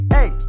Hey